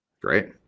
great